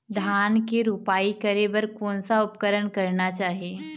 धान के रोपाई करे बर कोन सा उपकरण करना चाही?